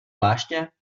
pláště